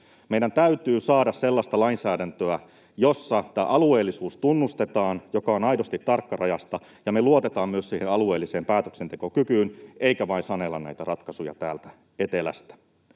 Meidän täytyy saada sellaista lainsäädäntöä, jossa tämä alueellisuus tunnustetaan, joka on aidosti tarkkarajaista ja jossa me luotetaan myös siihen alueelliseen päätöksentekokykyyn eikä vain sanella näitä ratkaisuja täältä etelästä.